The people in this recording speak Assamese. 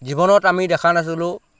জীৱনত আমি দেখা নাছিলোঁ